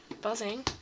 buzzing